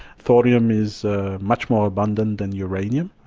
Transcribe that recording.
thorium is much more abundant than uranium,